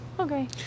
Okay